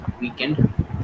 weekend